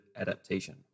adaptation